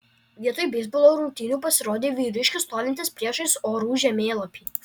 vietoj beisbolo rungtynių pasirodė vyriškis stovintis priešais orų žemėlapį